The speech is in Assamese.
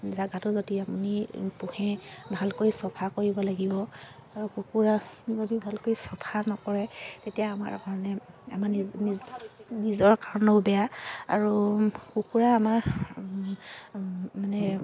জেগাটো যদি আপুনি পোহে ভালকৈ চফা কৰিব লাগিব আৰু কুকুৰা যদি ভালকৈ চফা নকৰে তেতিয়া আমাৰ কাৰণে আমাৰ নিজৰ কাৰণেও বেয়া আৰু কুকুৰা আমাৰ মানে